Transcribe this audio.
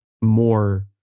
more